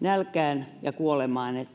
nälkään ja kuolemaan